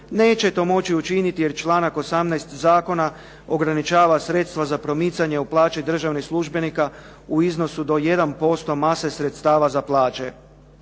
neće to moći učiniti jer članak 18 zakona ograničava sredstva za promicanje u plaće državnih službenika u iznosu do 1% mase sredstva za plaće.